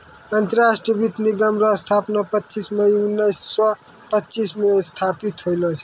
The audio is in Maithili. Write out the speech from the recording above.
अंतरराष्ट्रीय वित्त निगम रो स्थापना पच्चीस मई उनैस सो पच्चीस मे स्थापित होल छै